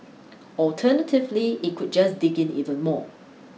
alternatively it could just dig in even more